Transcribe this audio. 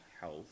health